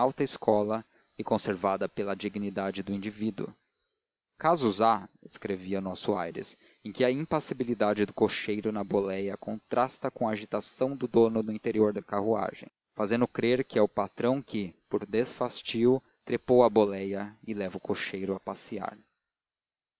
alta escola e conservada pela dignidade do indivíduo casos há escrevia o nosso aires em que a impassibilidade do cocheiro na boleia contrasta com a agitação do dono no interior carruagem fazendo crer que é o patrão que por desfastio trepou à boleia e leva o cocheiro a passear